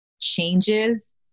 changes